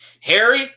Harry